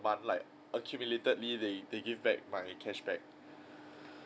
month like accumulatedly they they give back my cashback